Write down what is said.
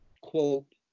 quote